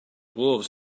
wolves